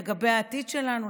לגבי העתיד שלנו,